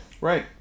Right